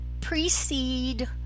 precede